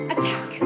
Attack